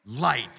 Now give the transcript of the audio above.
light